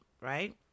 right